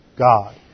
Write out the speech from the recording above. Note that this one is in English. God